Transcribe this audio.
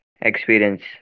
experience